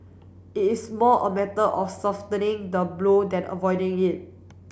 it is more a matter of softening the blow than avoiding it